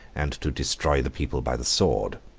and to destroy the people by the sword.